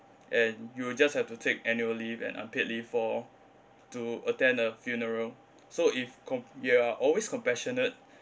and you just have to take annual leave and unpaid leave for to attend the funeral so if com~ you're always compassionate